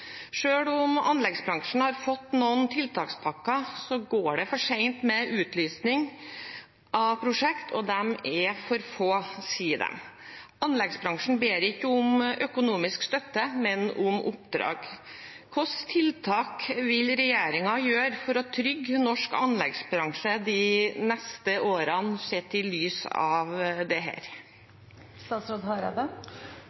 om anleggsbransjen har fått noen tiltakspakker, går det for seint med utlysning av prosjekt, og de er for få, sier de. Anleggsbransjen ber ikke om økonomisk støtte, men om oppdrag. Hvilke tiltak vil regjeringen gjøre for å trygge norsk anleggsbransje de neste årene, sett i lys av dette her?